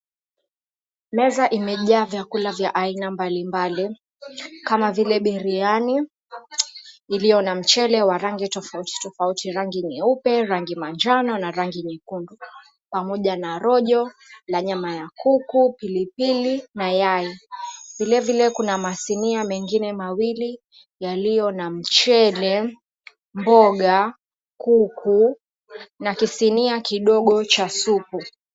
Meza imejaa vyakula vya aina mbalimbali kama vile biriani iliyo na mchele wa rangi tofauti tofauti, rangi nyeupe, rangi manjano na rangi nyekundu pamoja na rojo la nyama ya kuku, pilipili na yai. Vile vile kuna masinia mengine mawili yaliyo na mchele, mboga, kuku na kisinia kidogo cha supu.